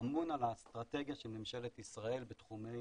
אמונה על האסטרטגיה של ממשלת ישראל בתחומי